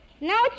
Now